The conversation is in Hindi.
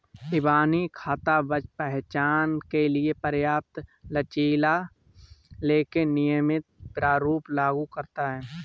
इबानी खाता पहचान के लिए पर्याप्त लचीला लेकिन नियमित प्रारूप लागू करता है